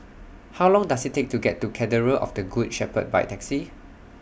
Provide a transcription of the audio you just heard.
How Long Does IT Take to get to Cathedral of The Good Shepherd By Taxi